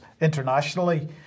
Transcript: internationally